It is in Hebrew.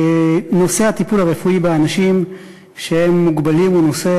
נושא הטיפול הרפואי באנשים שהם מוגבלים הוא נושא